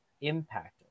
impact